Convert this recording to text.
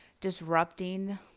disrupting